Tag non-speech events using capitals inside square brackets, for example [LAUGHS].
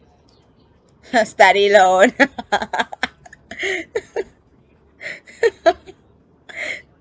!huh! study loan [LAUGHS]